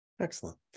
Excellent